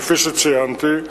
כפי שציינתי,